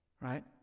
right